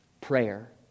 prayer